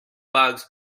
bugs